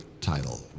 title